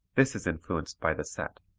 this is influenced by the set.